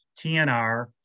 TNR